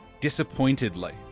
disappointedly